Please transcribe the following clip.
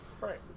Right